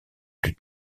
plus